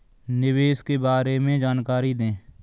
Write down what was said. निवेश के बारे में जानकारी दें?